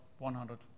100